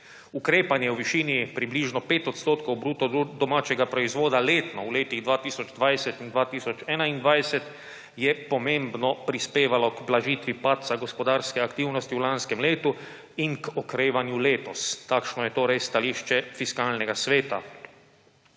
Ukrepanje v višini približno 5 % bruto domačega proizvoda letno v letih 2020 in 2021 je pomembno prispevalo k blažitvi padca gospodarske aktivnosti v lanskem letu in k okrevanju letos. Takšno je torej stališče Fiskalnega sveta.